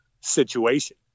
situation